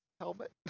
helmet